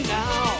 now